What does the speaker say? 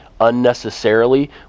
unnecessarily